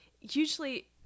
usually